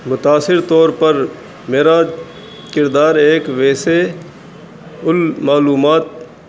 متاثر طور پر میرا کردار ایک ویسے ال معلومات